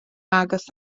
agos